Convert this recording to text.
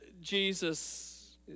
Jesus